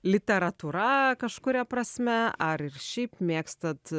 literatūra kažkuria prasme ar ir šiaip mėgstat